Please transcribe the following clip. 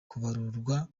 kubarurwa